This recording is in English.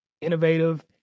innovative